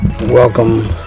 welcome